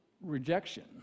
rejection